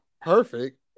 perfect